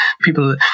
people